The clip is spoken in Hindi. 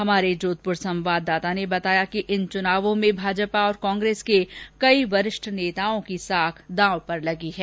हमारे जोधपुर संवाददाता ने बताया कि इन चुनावों में भाजपा और कांग्रेस के कई वरिष्ठ नेताओं की साख दाव पर लगी है